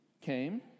came